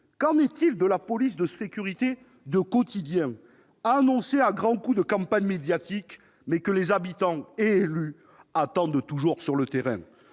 qu'en est-il de la police de sécurité du quotidien, annoncée à grands coups de campagne médiatique, mais que les habitants et les élus, sur le terrain,